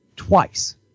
twice